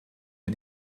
wir